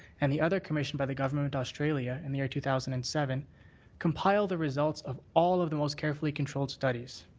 and the other commissioned by the government of australia in the year two thousand and seven compile the results of all of the most carefully controlled studies.